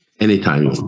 anytime